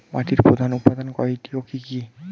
মাটির প্রধান উপাদান কয়টি ও কি কি?